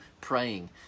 praying